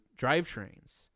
drivetrains